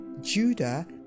Judah